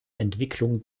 entwicklung